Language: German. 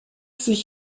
sich